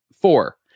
Four